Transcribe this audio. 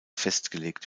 festgelegt